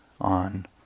on